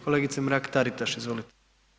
Kolegice Mrak Taritaš, izvolite.